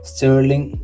Sterling